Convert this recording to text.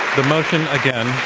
the motion, again,